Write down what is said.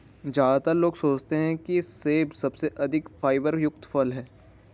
ज्यादातर लोग सोचते हैं कि सेब सबसे अधिक फाइबर युक्त फल है